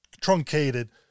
truncated